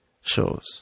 shows